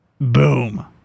boom